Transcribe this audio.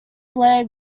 blair